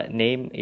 name